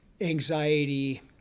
anxiety